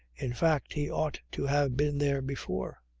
in fact he ought to have been there before.